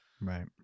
Right